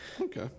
Okay